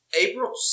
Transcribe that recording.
April